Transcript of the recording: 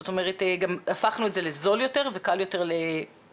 זאת אומרת שהפכנו את זה לזול יותר ולקל יותר לצריכה.